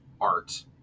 art